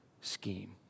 scheme